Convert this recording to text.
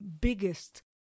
biggest